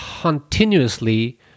continuously